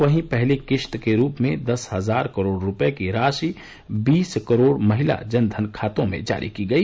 वहीं पहली किश्त के रूप में दस हजार करोड रूपये की राशि बीस करोड महिला जनधन खातों में जारी की गई